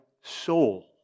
soul